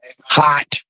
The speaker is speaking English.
Hot